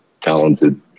talented